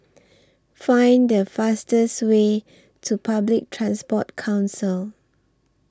Find The fastest Way to Public Transport Council